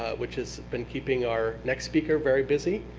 which has been keeping our next speaker very busy,